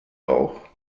auch